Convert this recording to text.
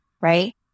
right